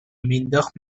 مینداخت